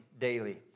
daily